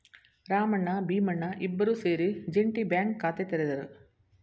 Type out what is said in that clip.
ರಾಮಣ್ಣ ಭೀಮಣ್ಣ ಇಬ್ಬರೂ ಸೇರಿ ಜೆಂಟಿ ಬ್ಯಾಂಕ್ ಖಾತೆ ತೆರೆದರು